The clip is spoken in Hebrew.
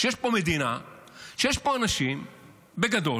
שיש פה מדינה ויש פה אנשים שבגדול